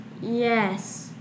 Yes